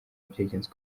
byagenze